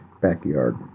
backyard